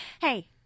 Hey